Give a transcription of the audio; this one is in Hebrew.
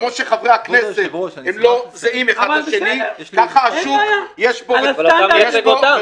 כפי שחברי הכנסת לא זהים אחד לשני כך השוק יש בו גוונים.